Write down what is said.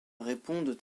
répondent